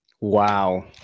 Wow